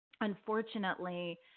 unfortunately